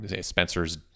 Spencer's